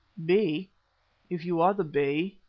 bey if you are the bey,